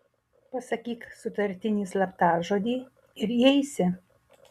pasakyk sutartinį slaptažodį ir įeisi